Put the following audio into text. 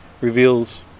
reveals